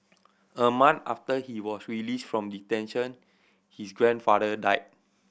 a month after he was released from detention his grandfather died